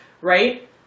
right